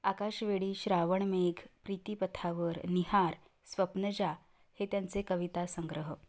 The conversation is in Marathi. आकाशवेडी श्रावणमेघ प्रीतिपथावर निहार स्वप्नजा हे त्यांचे कविता संग्रह